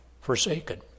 Forsaken